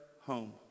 home